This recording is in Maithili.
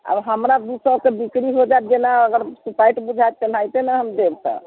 आब हमरा दू सए के बिक्री हो जायत जेना अगर शिकायत बुझाइत तेनाहिते ने हम देब तऽ